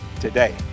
today